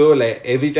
ya